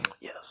Yes